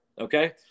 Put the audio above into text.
okay